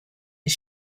his